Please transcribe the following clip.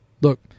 Look